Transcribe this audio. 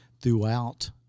throughout